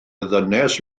ddynes